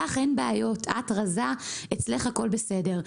לך אין בעיות, את רזה, אצלך הכול בסדר.